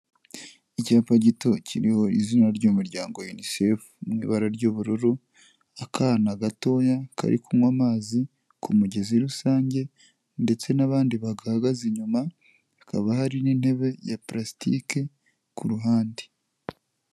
Icyapa gito kiriho izina ry'umuryango Unicef mu ibara ry'ubururu, akana gatoya kari kunywa amazi ku mugezi rusange ndetse n'abandi bagahagaze inyuma, hakaba hari n'intebe ya purasitike ku ruhande.